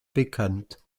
bekannt